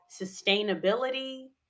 sustainability